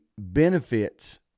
benefits